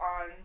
on